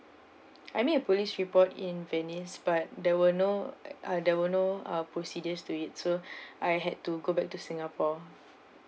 I made a police report in venice but there were no uh there were no uh procedures to it so I had to go back to singapore